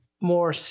more